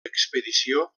expedició